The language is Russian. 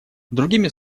другими